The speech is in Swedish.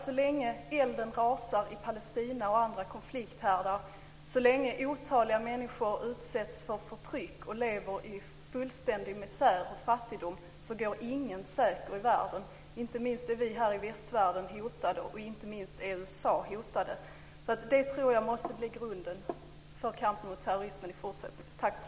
Så länge elden rasar i Palestina och andra konflikthärdar, så länge otaliga människor utsätts för förtryck och lever i fullständig misär och fattigdom, går ingen säker i världen. Inte minst är vi här i västvärlden hotade, och inte minst är USA hotat. Det tror jag måste blir grunden för kampen mot terrorismen i fortsättningen.